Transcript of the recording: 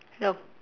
hello